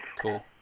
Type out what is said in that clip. cool